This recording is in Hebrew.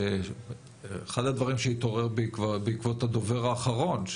אחד הדברים שהתעורר בי כבר בעקבות הדובר האחרון,